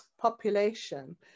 population